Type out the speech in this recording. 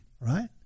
right